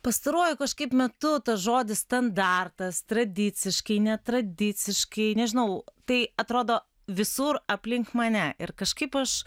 pastaruoju kažkaip metu žodis standartas tradiciškai netradiciškai nežinau tai atrodo visur aplink mane ir kažkaip aš